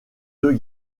deux